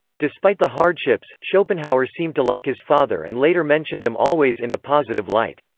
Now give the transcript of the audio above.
despite the hardships, schopenhauer seemed to like his father and later mentioned him always in a positive light.